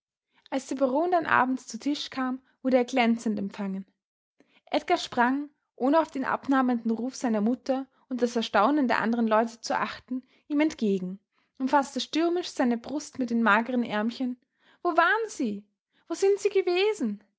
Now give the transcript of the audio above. als der baron dann abends zu tisch kam wurde er glänzend empfangen edgar sprang ohne auf den abmahnenden ruf seiner mutter und das erstaunen der anderen leute zu achten ihm entgegen umfaßte stürmisch seine brust mit den mageren ärmchen wo waren sie wo sind sie gewesen